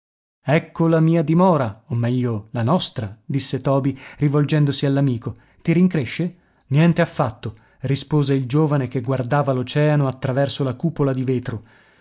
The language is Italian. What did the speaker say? ecco la mia dimora o meglio la nostra disse toby rivolgendosi all'amico ti rincresce niente affatto rispose il giovane che guardava l'oceano attraverso la cupola di vetro